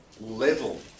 level